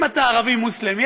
אם אתה ערבי מוסלמי,